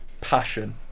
Passion